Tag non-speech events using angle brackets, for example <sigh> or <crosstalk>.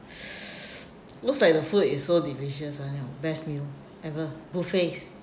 <breath> looks like the food is so delicious ah like the best meal ever buffets